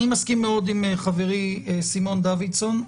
אני מסכים מאוד עם חברי סימון דוידסון.